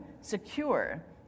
secure